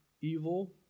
evil